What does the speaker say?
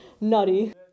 nutty